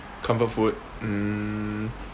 comfort food um